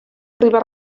riba